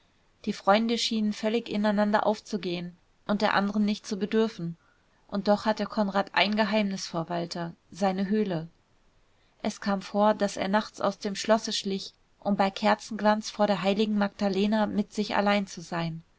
die freunde schienen völlig ineinander aufzugehen und der anderen nicht zu bedürfen und doch hatte konrad ein geheimnis vor walter seine höhle es kam vor daß er nachts aus dem schlosse schlich um bei kerzenglanz vor der heiligen magdalena mit sich allein zu sein